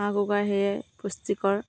হাঁহ কুকৰা সেয়ে পুষ্টিকৰ